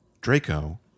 Draco